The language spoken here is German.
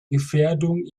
gefährdung